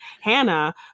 hannah